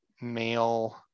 male